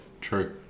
True